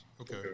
Okay